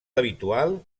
habitual